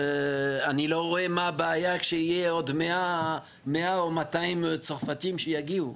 אז אני לא רואה מה הבעיה כשיהיו עוד 100 או עוד 200 צרפתים שיגיעו.